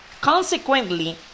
consequently